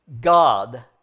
God